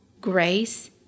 grace